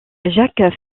jacques